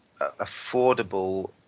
affordable